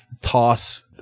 toss